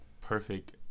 perfect